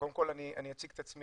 קודם כל אציג את עצמי,